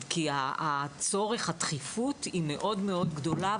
כי הדחיפות היא מאוד גדולה.